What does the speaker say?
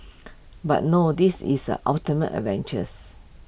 but no this is ultimate adventures